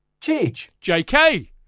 JK